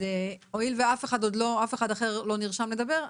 אז הואיל ואף אחד אחר לא נרשם לדבר,